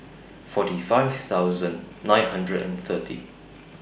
forty five thousand nine hundred and thirty